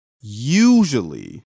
usually